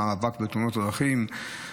המאבק בתאונות הדרכים,